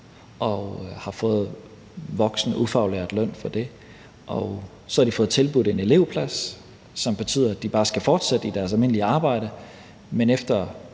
og har fået ufaglært voksenløn for det. Så er de blevet tilbudt en elevplads, som betyder, at de bare skal fortsætte i deres almindelige arbejde, men efter